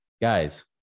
Guys